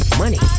money